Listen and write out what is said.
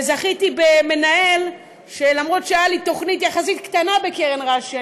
וזכיתי במנהל שלמרות שהייתה לי תוכנית קטנה יחסית בקרן רש"י,